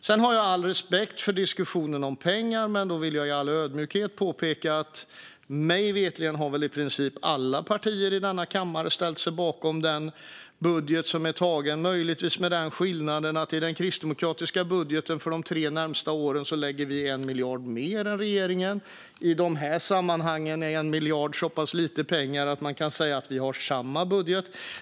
Sedan har jag all respekt för diskussionen om pengar, men då vill jag i all ödmjukhet påpeka att mig veterligen har väl i princip alla partier i denna kammare ställt sig bakom den budget som är antagen - möjligtvis med den skillnaden att i den kristdemokratiska budgeten för de tre närmaste åren lägger vi 1 miljard mer än regeringen. I de här sammanhangen är 1 miljard så pass lite pengar att man kan säga att vi har samma budget.